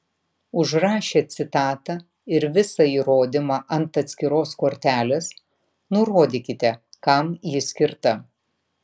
užrašę citatą ir visą įrodymą ant atskiros kortelės nurodykite kam ji skirta